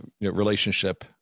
relationship